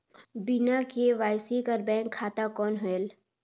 बिना के.वाई.सी कर बैंक खाता कौन होएल?